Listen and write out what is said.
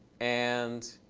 and